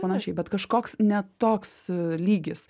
panašiai bet kažkoks ne toks lygis